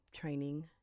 training